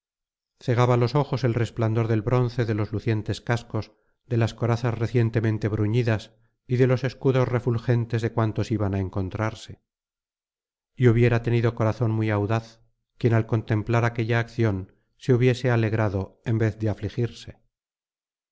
cegaba los ojos el resplandor del bronce de los lucientes cascos de las corazas recientemente bruñidas y de los escudos refulgentes de cuantos iban á encontrarse y hubiera tenido corazón muy audaz quien al contemplar aquella acción se hubiese alegrado en vez de afligirse